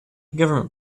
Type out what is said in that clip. government